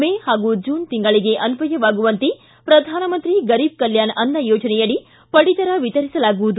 ಮೇ ಹಾಗೂ ಜೂನ್ ತಿಂಗಳಿಗೆ ಅನ್ವಯವಾಗುವಂತೆ ಪ್ರಧಾನಮಂತ್ರಿ ಗರೀಬ್ ಕಲ್ಯಾಣ ಅನ್ನ ಯೋಜನೆಯಡಿ ಪಡಿತರ ವಿತರಿಸಲಾಗುವುದು